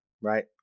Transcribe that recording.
right